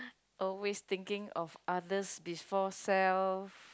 always thinking of others before self